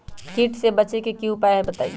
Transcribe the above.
कीट से बचे के की उपाय हैं बताई?